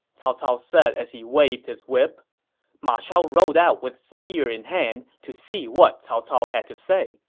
cao cao said as he waved his whip ma chao rode out with spear in hand to see what cao cao had to say